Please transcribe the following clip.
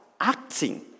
acting